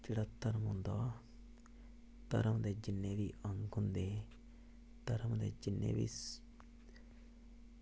ते जेह्ड़ा धर्म होंदा धर्म दे जिन्ने बी अंग होंदे धर्म दे जिन्ने बी